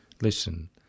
Listen